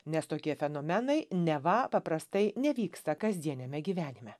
nes tokie fenomenai neva paprastai nevyksta kasdieniame gyvenime